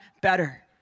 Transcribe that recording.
better